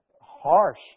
harsh